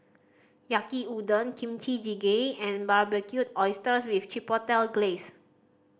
Yaki Udon Kimchi Jjigae and Barbecued Oysters with Chipotle Glaze